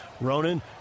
Ronan